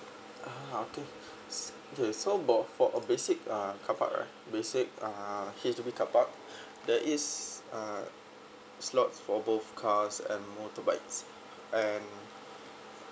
uh okay so okay so both for a basic uh car park right basic uh H_D_B car park there is uh slot for both cars and motorbikes and